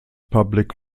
public